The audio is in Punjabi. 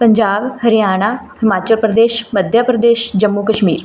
ਪੰਜਾਬ ਹਰਿਆਣਾ ਹਿਮਾਚਲ ਪ੍ਰਦੇਸ਼ ਮੱਧ ਪ੍ਰਦੇਸ਼ ਜੰਮੂ ਕਸ਼ਮੀਰ